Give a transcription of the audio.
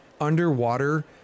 underwater